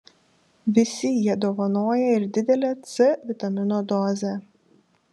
visi jie dovanoja ir didelę c vitamino dozę